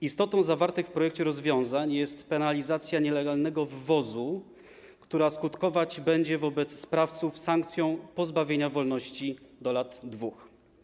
Istotą zawartych w projekcie rozwiązań jest penalizacja nielegalnego wwozu, która skutkować będzie wobec sprawców sankcją pozbawienia wolności do lat 2.